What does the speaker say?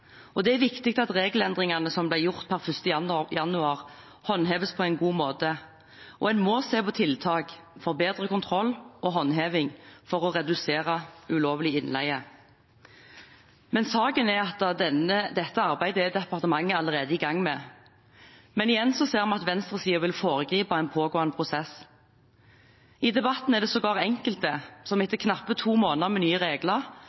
tas. Det er viktig at regelendringene som ble gjort per 1. januar, håndheves på en god måte, og en må se på tiltak for bedre kontroll og håndheving for å redusere ulovlig innleie. Saken er at dette arbeidet er departementet allerede i gang med, men igjen ser vi at venstresiden vil foregripe en pågående prosess. I debatten er det sågar enkelte som etter knappe to måneder med nye regler